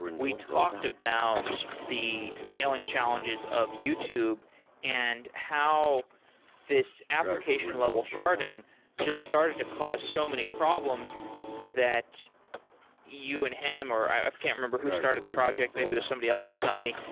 we talked about the scaling challenges of youtube and how this application level sharding just started to cause so many problems that you and him or i can't remember who started the project, maybe it was somebody else at the company,